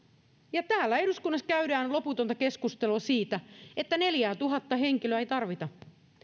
ja täällä eduskunnassa käydään loputonta keskustelua siitä että neljäätuhatta henkilöä ei tarvita